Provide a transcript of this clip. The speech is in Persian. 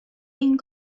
این